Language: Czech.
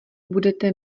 budete